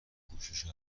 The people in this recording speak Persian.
گوشیشو